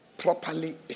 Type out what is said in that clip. Properly